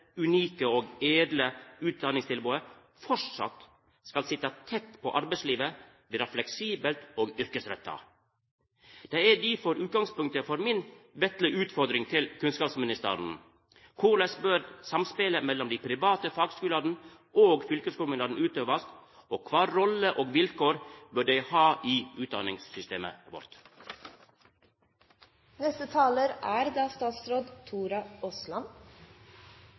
unike og edle utdanningstilbodet framleis skal sitja tett på arbeidslivet, vera fleksibelt og yrkesretta. Det er difor utgangspunktet for mi vesle utfordring til kunnskapsministeren: Korleis bør samspelet mellom dei private fagskulane og fylkeskommunane utøvast, og kva rolle og vilkår bør dei ha i utdanningssystemet vårt? Jeg er